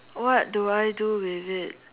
what do I do with it